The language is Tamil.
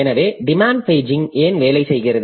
எனவே டிமாண்ட் பேஜிங் ஏன் வேலை செய்கிறது